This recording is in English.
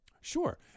sure